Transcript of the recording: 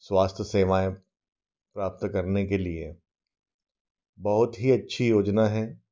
स्वास्थ्य सेवाएँ प्राप्त करने के लिए बहुत ही अच्छी योजना है